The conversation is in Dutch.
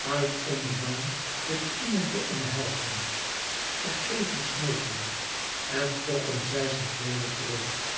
uit om den man de knieën te omhelzen vergeving smeekende en trokken zij zich weder terug